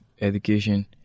education